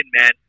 man